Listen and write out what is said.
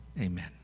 Amen